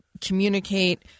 communicate